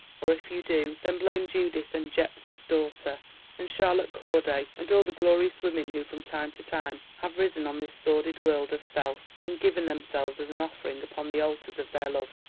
or if you do, then blame judith and jephtha's daughter and charlotte corday, and all the glorious women who from time to time have risen on this sordid world of self, and given themselves as an offering upon the altars of their love,